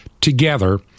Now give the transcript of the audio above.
together